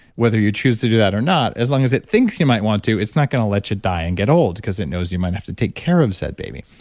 whether you choose to do that or not, as long as it thinks you might want to, it's not going to let you die and get old because it knows you might have to take care of the said baby.